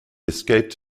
escaped